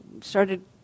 started